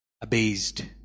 abased